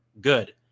Good